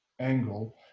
angle